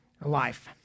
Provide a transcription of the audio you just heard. life